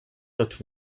that